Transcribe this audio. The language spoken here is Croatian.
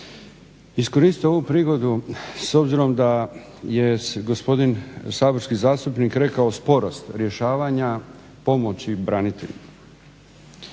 iskoristiti ovu prigodu s obzirom da je gospodin saborski zastupnik rekao sporost rješavanja pomoći braniteljima.